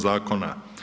Zakona.